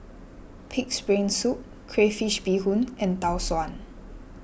Pig's Brain Soup Crayfish BeeHoon and Tau Suan